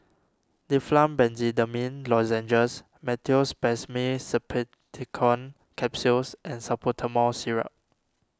Difflam Benzydamine Lozenges Meteospasmyl Simeticone Capsules and Salbutamol Syrup